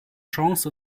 chance